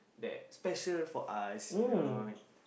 that special for us you know